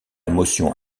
motion